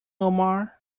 omar